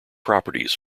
properties